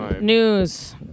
News